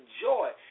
joy